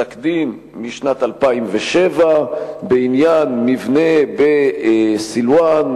פסק-דין משנת 2007 בעניין מבנה בסילואן,